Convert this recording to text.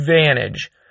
advantage